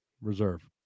Reserve